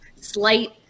slight